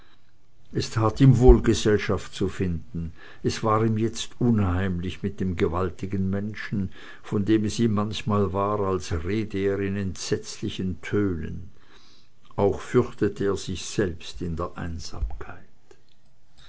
es tat ihm wohl gesellschaft zu finden es war ihm jetzt unheimlich mit dem gewaltigen menschen von dem es ihm manchmal war als rede er in entsetzlichen tönen auch fürchtete er sich vor sich selbst in der einsamkeit